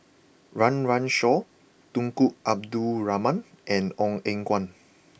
Run Run Shaw Tunku Abdul Rahman and Ong Eng Guan